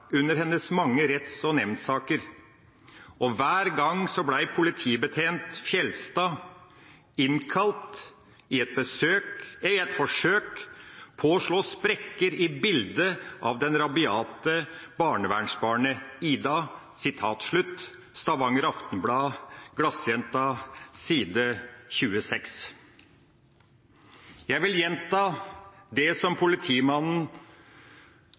under hennes mange retts- og nemndssaker. Og hver gang ble politibetjent Geir Fjeldstad innkalt i et forsøk på å slå sprekker i bildet av det rabiate barnevernsbarnet Ida.» Dette står i «Glassjenta» i Stavanger Aftenblad, på side 26. Jeg vil gjenta det som politimannen